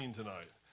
tonight